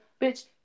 Bitch